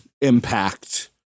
Impact